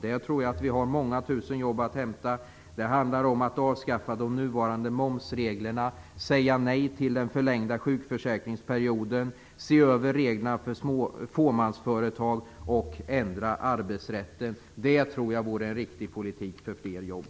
Där tror jag att vi har många tusen jobb att hämta. Det handlar om att avskaffa de nuvarande momsreglerna, säga nej till den förlängda sjukförsäkringsperioden, se över reglerna för fåmansföretag och ändra arbetsrätten. Det tror jag vore en riktig politik för fler jobb.